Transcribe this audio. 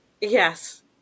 Yes